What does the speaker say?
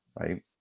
right